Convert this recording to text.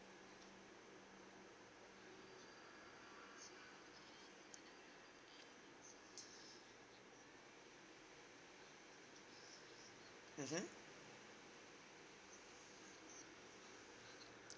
mmhmm